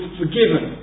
forgiven